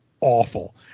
awful